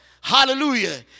hallelujah